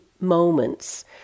moments